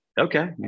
okay